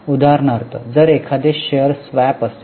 उदाहरणार्थ जर एखादे शेअर स्वॅप असेल